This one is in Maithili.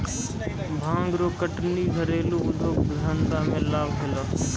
भांग रो कटनी घरेलू उद्यौग धंधा मे लाभ होलै